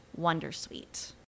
Wondersuite